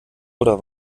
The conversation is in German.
oder